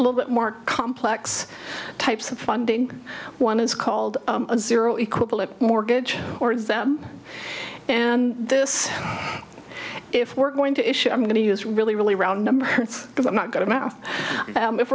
o little bit more complex types of funding one is called zero equivalent mortgage or them and this if we're going to issue i'm going to use really really round numbers because i'm not going to mouth if